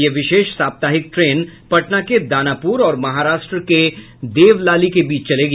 यह विशेष साप्ताहिक ट्रेन पटना के दानापुर और महाराष्ट्र के देवलाली के बीच चलेगी